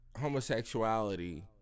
homosexuality